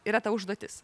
yra ta užduotis